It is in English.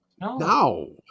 No